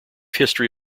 history